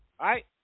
right